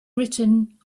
written